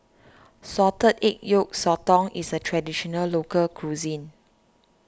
Salted Egg Yolk Sotong is a Traditional Local Cuisine